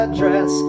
dress